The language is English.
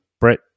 Brett